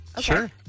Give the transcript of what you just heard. Sure